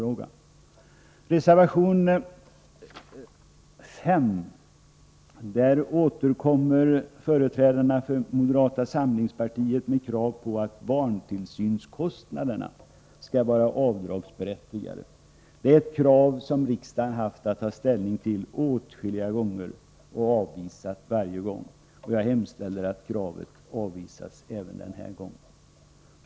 I reservation 5 återkommer företrädarna för moderata samlingspartiet med krav på att barntillsynskostnaderna skall vara avdragsberättigade. Det är ett krav som riksdagen haft att ta ställning till åtskilliga gånger och avvisat varje gång. Jag hemställer att kravet avvisas även den här gången.